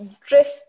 Drift